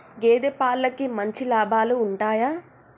గేదే పాలకి మంచి లాభాలు ఉంటయా?